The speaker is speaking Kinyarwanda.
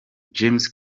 james